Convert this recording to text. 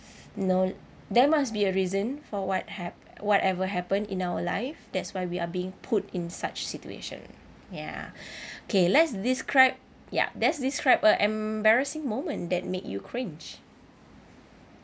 no there must be a reason for what hap~ whatever happened in our life that's why we are being put in such situation ya okay let's describe ya that's describe a embarrassing moment that make you cringe